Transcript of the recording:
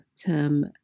term